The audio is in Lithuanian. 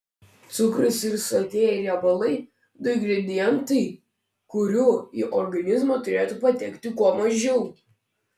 cukrus ir sotieji riebalai du ingredientai kurių į organizmą turėtų patekti kuo mažiau